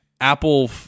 Apple